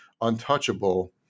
untouchable